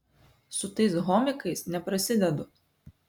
su tais homikais neprasidedu